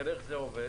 נראה איך זה עובד,